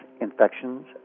infections